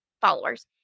followers